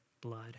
blood